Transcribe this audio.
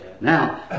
Now